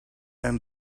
and